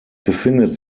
befindet